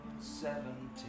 seventeen